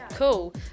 Cool